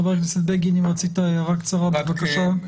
חבר הכנסת בגין, רצית להעיר הערה קצרה, בבקשה.